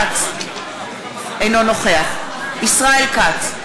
אינו נוכח ישראל כץ,